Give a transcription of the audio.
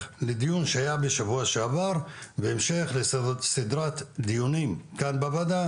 לדיון שהיה בשבוע שעבר והמשך לסדרת דיונים כאן בוועדה,